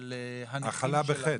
"שכר מינימום", "הפרעה בתר-חבלתית"